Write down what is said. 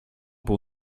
pour